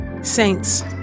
Saints